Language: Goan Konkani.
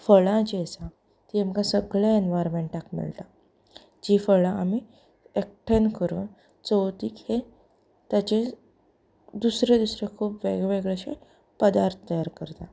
फळां जीं आसात तीं आमकां सगळें एनवायरोमेंटांत मेळटा जीं फळां आमीं एकठांय करून चवथीक हें ताचे दुसरे दुसरे वेगवेगळे शे पदार्थ तयार करतात